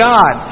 God